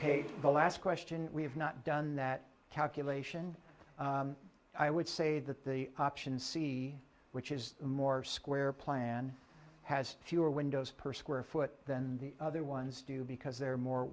hate the last question we have not done that calculation i would say that the option c which is more square plan has fewer windows per square foot than the other ones do because they're more